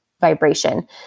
vibration